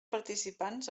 participants